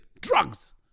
drugs